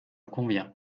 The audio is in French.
convient